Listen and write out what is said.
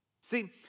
See